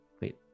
wait